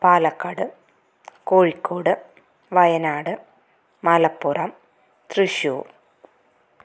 Palakkad Kozhikode Wayanad Malappuram Thrissur